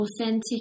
authentic